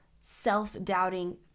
self-doubting